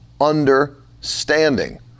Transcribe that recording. understanding